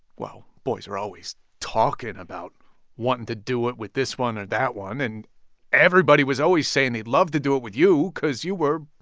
well, boys are always talking about wanting to do it with this one or that one. and everybody was always saying they'd love to do it with you because you were,